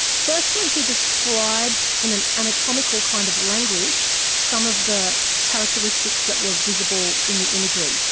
firstly he described in an anatomical kind of language some of the characteristics that were visible in the imagery.